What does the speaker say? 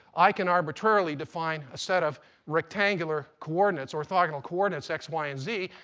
i can arbitrarily define a set of rectangular coordinates, orthogonal coordinates, x, y, and z.